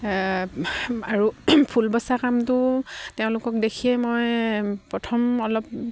আৰু ফুল বছা কামটো তেওঁলোকক দেখিয়ে মই প্ৰথম অলপ